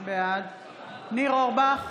בעד ניר אורבך,